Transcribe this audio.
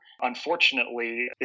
Unfortunately